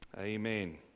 Amen